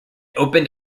opened